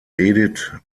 edith